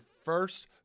first